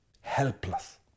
Helpless